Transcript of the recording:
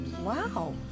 wow